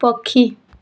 ପକ୍ଷୀ